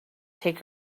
take